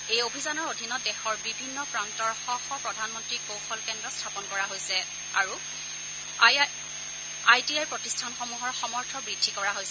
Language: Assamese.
এই অভিযানৰ অধীনত দেশৰ বিভিন্ন প্ৰান্তৰ শ শ প্ৰধানমন্ত্ৰী কৌশল কেন্দ্ৰ স্থাপন কৰা হৈছে আৰু আই টি আই প্ৰতিষ্ঠানসমূহৰ সমৰ্থ বৃদ্ধি কৰা হৈছে